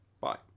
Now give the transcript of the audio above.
Bye